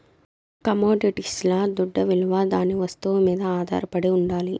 కమొడిటీస్ల దుడ్డవిలువ దాని వస్తువు మీద ఆధారపడి ఉండాలి